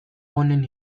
honen